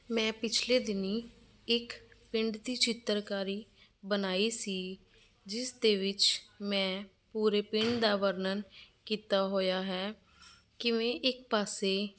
ਮੈਂ ਪਿਛਲੇ ਦਿਨੀ ਇੱਕ ਪਿੰਡ ਦੀ ਚਿੱਤਰਕਾਰੀ ਬਣਾਈ ਸੀ ਜਿਸ ਦੇ ਵਿੱਚ ਮੈਂ ਪੂਰੇ ਪਿੰਡ ਦਾ ਵਰਣਨ ਕੀਤਾ ਹੋਇਆ ਹੈ ਕਿਵੇਂ ਇੱਕ ਪਾਸੇ